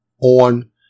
on